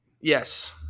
yes